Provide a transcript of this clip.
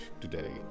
today